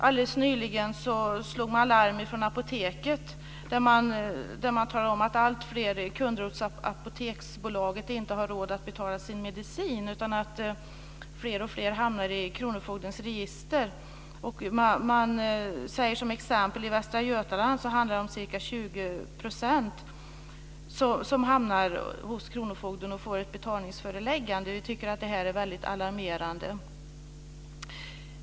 Alldeles nyligen slog man larm från Apoteket om att alltfler kunder hos Apoteksbolaget inte har råd att betala sin medicin, utan hamnar i kronofogdens register. Som exempel nämner man Västra Götaland där ca 20 % hamnar hos kronofogden och får ett betalningsföreläggande. Vi tycker att det är alarmerande.